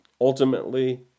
ultimately